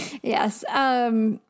yes